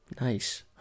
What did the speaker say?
Nice